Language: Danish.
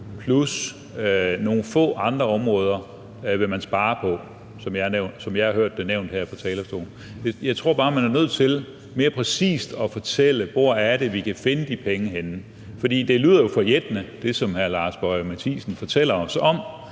plus nogle få andre områder vil man spare på, som jeg har hørt det nævnt her fra talerstolen. Jeg tror bare, man er nødt til mere præcist at fortælle, hvor det er, vi kan finde de penge henne. For det lyder jo forjættende, hvad hr. Lars Boje Mathiesen fortæller os, og